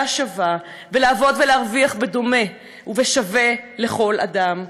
שווה ולעבוד ולהרוויח בדומה ובשווה לכל אדם,